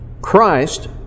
Christ